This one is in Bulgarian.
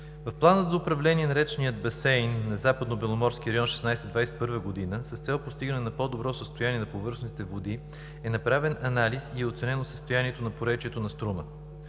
В Плана за управление на речния басейн на Западнобеломорския район 2016-2021 г. с цел постигане на по-добро състояние на повърхностните води е направен анализ и е оценено състоянието на поречието на р. Струма.